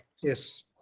Yes